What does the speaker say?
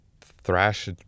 thrash